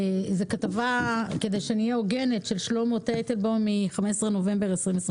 כתבה של שלמה טטנבוים מ-15.11.21.